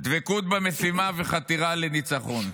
"דבקות במשימה וחתירה לניצחון".